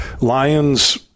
Lions –